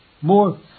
more